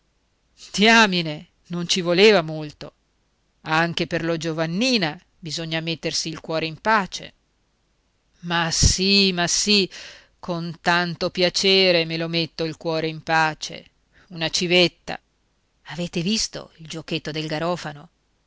diamine non ci voleva molto anche per la giovannina bisogna mettersi il cuore in pace ma sì ma sì con tanto piacere me lo metto il cuore in pace una civetta avete visto il giuochetto del garofano